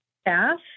staff